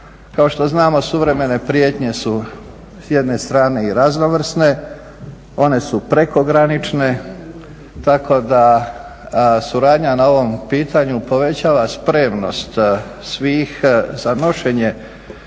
Kao što znamo suvremene prijetnje su s jedne strane i raznovrsne, one su prekogranične tako da suradnja na ovom pitanju povećava spremnost svih za nošenje